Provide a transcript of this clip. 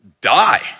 Die